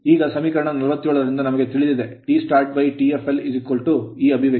ಈಗ ಸಮೀಕರಣ 47 ರಿಂದ ನಮಗೆ ತಿಳಿದಿದೆ TstartTfl ಈ expression ಅಭಿವ್ಯಕ್ತಿ